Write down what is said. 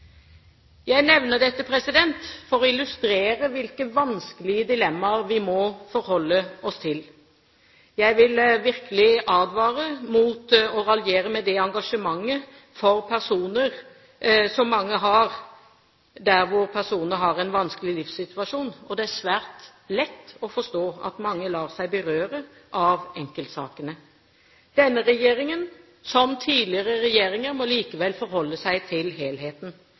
Jeg nevner dette for å illustrere hvilke vanskelige dilemmaer vi må forholde oss til. Jeg vil virkelig advare mot å raljere med det engasjementet for personer som mange har der hvor personene har en vanskelig livssituasjon, og det er svært lett å forstå at mange lar seg berøre av enkeltsakene. Denne regjeringen, som tidligere regjeringer, må likevel forholde seg til helheten.